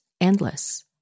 endless